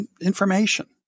information